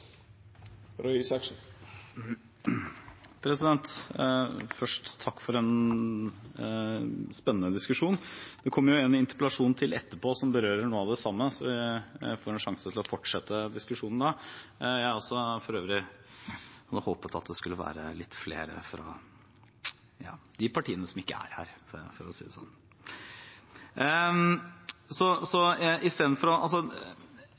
Først takk for en spennende diskusjon. Det kommer en interpellasjon til etterpå, som berører noe av det samme, så vi får en sjanse til å fortsette diskusjonen da. Jeg hadde for øvrig også håpet at det skulle være litt flere fra, ja, de partiene som ikke er her, for å si det sånn. Man får ikke en industripolitikk bare ved å